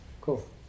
cool